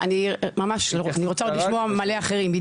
אני רוצה עוד לשמוע הרבה אחרים,